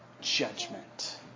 judgment